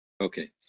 Okay